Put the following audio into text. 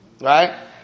Right